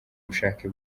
bushake